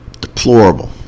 Deplorable